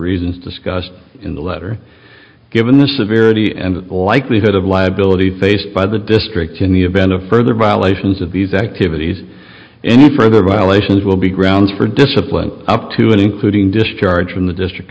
reasons discussed in the letter given the severity and likelihood of liability faced by the district in the event of further violations of these activities any further violations will be grounds for discipline up to and including discharge from the district